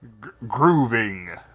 Grooving